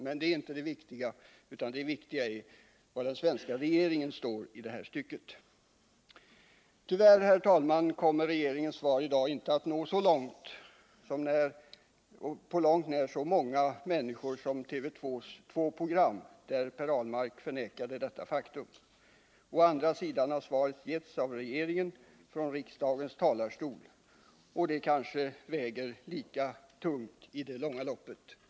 Men det är inte det viktiga, utan det viktiga är var den svenska regeringen står. Tyvärr, herr talman, kommer regeringens svar i dag inte att nå på långt när så många människor som TV 2:s två program, där Per Ahlmark förnekade faktum. Å andra sidan har svaret getts av regeringen från riksdagens talarstol, och det kanske väger lika tungt i det långa loppet.